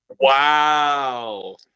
Wow